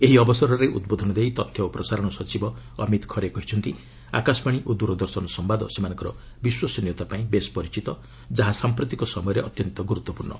ଏହି ଅବସରରେ ଉଦ୍ବୋଧନ ଦେଇ ତଥ୍ୟ ଓ ପ୍ରସାରଣ ସଚିବ ଅମିତ ଖରେ କହିଛନ୍ତି ଆକାଶବାଣୀ ଓ ଦୂରଦର୍ଶନ ସମ୍ଭାଦ ସେମାନଙ୍କର ବିଶ୍ୱସନୀୟତା ପାଇଁ ବେଶ୍ ପରିଚିତ ଯାହା ସାମ୍ପ୍ରତିକ ସମୟରେ ଅତ୍ୟନ୍ତ ଗୁରୁତ୍ୱପୂର୍ଣ୍ଣ